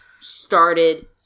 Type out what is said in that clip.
started